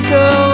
go